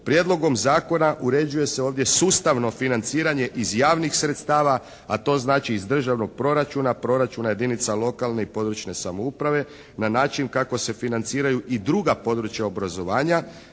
prijedlogom zakona uređuje se ovdje sustavno financiranje iz javnih sredstava, a to znači iz državnog proračuna, proračuna jedinica lokalne i područne samouprave na način kako se financiraju i druga područja obrazovanja,